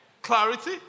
Clarity